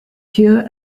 pure